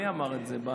מי אמר את זה?